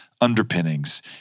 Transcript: underpinnings